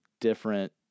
different